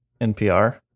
NPR